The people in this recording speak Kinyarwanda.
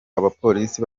abapolisi